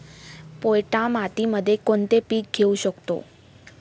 पोयटा मातीमध्ये कोणते पीक घेऊ शकतो?